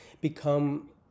become